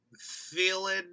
Feeling